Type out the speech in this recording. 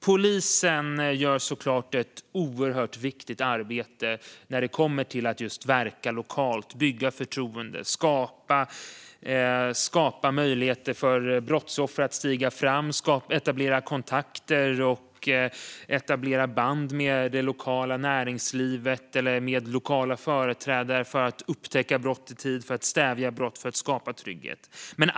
Polisen gör såklart ett oerhört viktigt arbete när det kommer till att verka lokalt, bygga förtroende, skapa möjligheter för brottsoffer att stiga fram och etablera kontakter och band med det lokala näringslivet eller lokala företrädare för att upptäcka och stävja brott i tid och skapa trygghet.